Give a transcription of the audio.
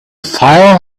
file